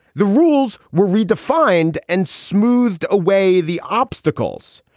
the rules were redefined and smoothed away the obstacles.